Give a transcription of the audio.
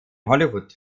hollywood